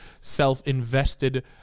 self-invested